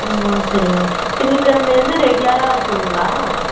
ஆ சரிங்க திங்கட்கெழமைலேந்து ரெகுலராக இருக்குங்களா